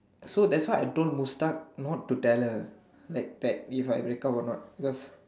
so that's how I told Mustad not to tell her that like that if I break up a not cause